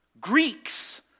Greeks